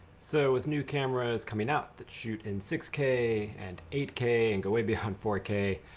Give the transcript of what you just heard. so as new cameras coming out that shoot in six k and eight k and go way beyond four k,